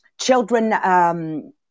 children